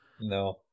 No